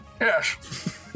Yes